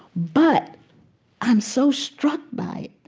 but i'm so struck by it.